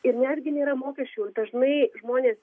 ir netgi nėra mokesčių dažnai žmonės